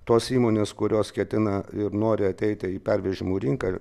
tos įmonės kurios ketina ir nori ateiti į pervežimų rinką